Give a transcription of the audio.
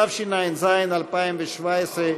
התשע"ז 2017,